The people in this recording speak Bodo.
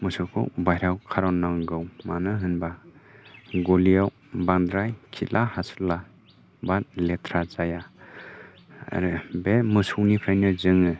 मोसौखौ बायहेराव खारननांगौ मानो होनोब्ला गलिआव बांद्राय खिला हासुला बा लेथ्रा जाया आरो बे मोसौनिफ्रायनो जोङो